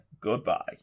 Goodbye